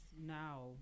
now